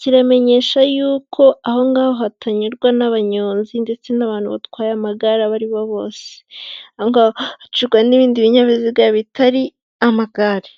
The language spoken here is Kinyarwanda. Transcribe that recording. kiramenyesha yuko, aho ngaho hatanyurwa n'abanyonzi ndetse n'abantu batwaye amagare aba ari bo bose, aho ngaho hacibwa n'ibindi binyabiziga bitari amagare.